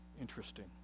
Interesting